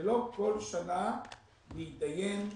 ולא כל שנה להתדיין,